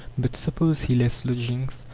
but suppose he lets lodgings,